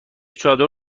چادر